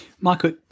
Michael